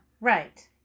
right